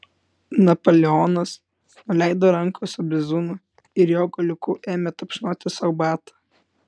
napoleonas nuleido ranką su bizūnu ir jo galiuku ėmė tapšnoti sau batą